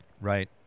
right